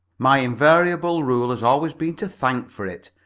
my invariable rule has always been to thank for it,